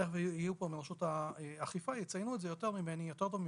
תכף יהיו פה מרשות האכיפה ויציינו את זה יותר טוב ממני,